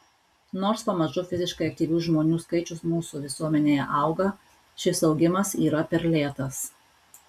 nors pamažu fiziškai aktyvių žmonių skaičius mūsų visuomenėje auga šis augimas yra per lėtas